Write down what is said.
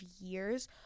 years